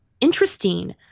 interesting